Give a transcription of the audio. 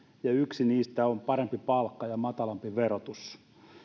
ja yksi niistä on parempi palkka ja matalampi verotus